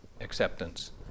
acceptance